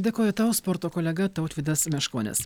dėkoju tau sporto kolega tautvydas meškonis